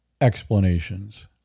explanations